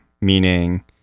meaning